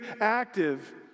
active